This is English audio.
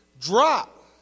drop